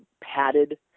padded